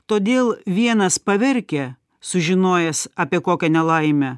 todėl vienas paverkia sužinojęs apie kokią nelaimę